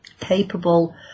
capable